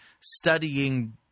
studying